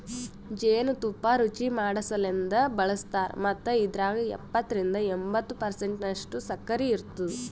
ಜೇನು ತುಪ್ಪ ರುಚಿಮಾಡಸಲೆಂದ್ ಬಳಸ್ತಾರ್ ಮತ್ತ ಇದ್ರಾಗ ಎಪ್ಪತ್ತರಿಂದ ಎಂಬತ್ತು ಪರ್ಸೆಂಟನಷ್ಟು ಸಕ್ಕರಿ ಇರ್ತುದ